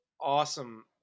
awesome